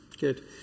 good